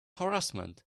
harassment